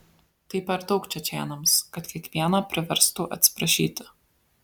tai per daug čečėnams kad kiekvieną priverstų atsiprašyti